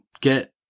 get